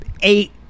eight